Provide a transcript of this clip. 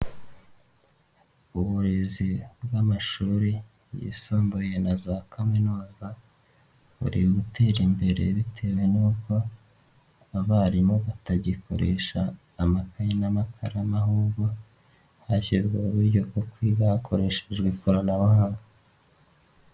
Uburezi bw'amashuri yisumbuye na za kaminuza buri gutera imbere bitewe n'uko abarimu batagikoresha amataye n'amakara ahubwo hashyizweho uburyo bwo kwiga hakoreshejwe ikoranabuhanga.